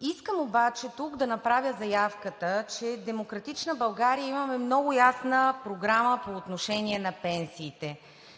Искам обаче тук да направя заявката, че „Демократична България“ имаме много ясна програма по отношение на пенсиите.